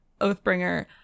Oathbringer